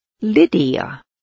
Lydia